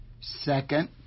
Second